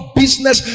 business